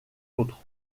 autres